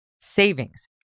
savings